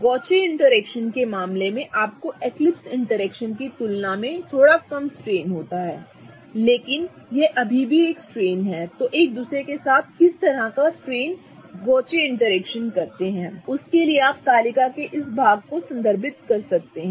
गौचे interaction के मामले में आपको एक्लिप्स इंटरेक्शन की तुलना में थोड़ा कम स्ट्रेन होता है लेकिन यह अभी भी एक स्ट्रेन है और एक दूसरे के साथ किस तरह का स्ट्रेन गौचे इंटरेक्शन करते हैं उसके लिए आप तालिका के इस भाग को संदर्भित कर सकते हैं